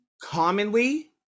Commonly